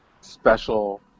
special